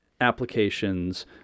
Applications